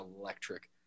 electric